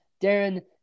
Darren